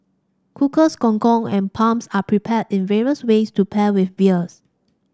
cockles gong gong and are prepared in various ways to pair with beers